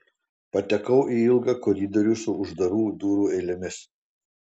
patekau į ilgą koridorių su uždarų durų eilėmis